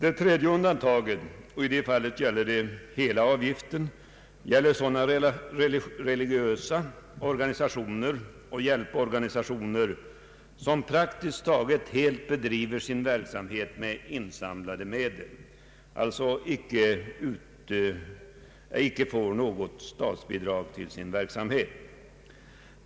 Ett tredje undantag — och i detta fall från hela avgiften — gäller sådana religiösa organisationer och hjälporganisationer som praktiskt taget helt bedriver sin verksamhet med insamlade medel och alltså icke får något statsbidrag för denna verksamhet.